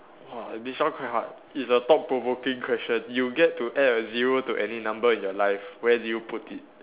!wah! this one quite hard it's the thought provoking question you get to add a zero to any number in your life where do you put it